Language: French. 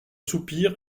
soupir